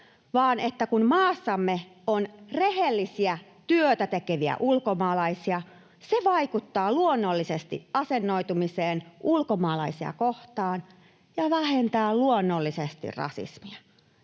vaan että maassamme on rehellisiä, työtä tekeviä ulkomaalaisia, vaikuttaa luonnollisesti asennoitumiseen ulkomaalaisia kohtaan ja vähentää luonnollisesti rasismia.